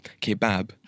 kebab